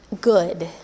good